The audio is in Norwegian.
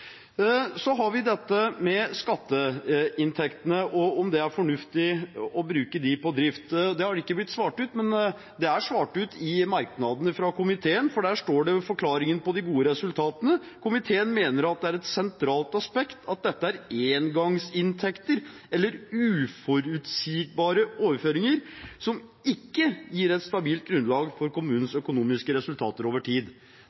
Så har vi det med skatteinntekter og om det er fornuftig å bruke det på drift. Det er ikke blitt svart ut her, men det er svart ut i merknadene fra komiteen, for der står forklaringen på de gode resultatene: «Komiteen mener det er et sentralt aspekt at dette er engangsinntekter eller uforutsigbare overføringer som ikke gir et stabilt grunnlag for kommunenes økonomiske resultater over tid.»